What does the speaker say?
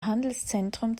handelszentrum